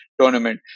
tournament